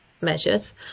measures